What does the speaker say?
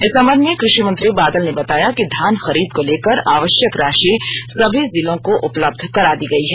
इस संबंध में कृषि मंत्री बादल ने बताया कि धान खरीद को लेकर आवश्यक राशि सभी जिलों को उपलब्ध करा दी गयी है